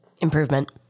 Improvement